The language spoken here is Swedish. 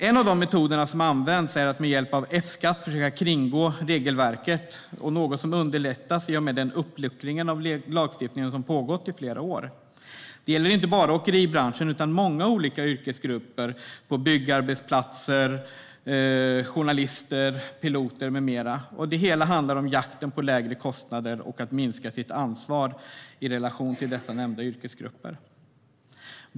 En av de metoder som används är att försöka kringgå regelverket med hjälp av F-skatt. Det är något som underlättats i och med den uppluckring av lagstiftningen som pågått i flera år. Detta gäller inte bara åkeribranschen, utan många olika yrkesgrupper - byggarbetare, journalister, piloter med flera. Det hela handlar om jakten på lägre kostnader och om att minska sitt ansvar i relation till dessa nämnda yrkesgrupper.